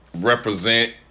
represent